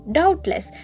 doubtless